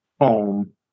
home